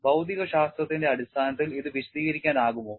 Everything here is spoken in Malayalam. ഭൌതികശാസ്ത്രത്തിന്റെ അടിസ്ഥാനത്തിൽ ഇത് വിശദീകരിക്കാനാകുമോ